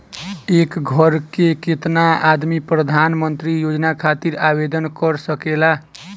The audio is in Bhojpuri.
एक घर के केतना आदमी प्रधानमंत्री योजना खातिर आवेदन कर सकेला?